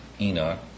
Enoch